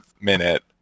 minute